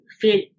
feel